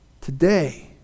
today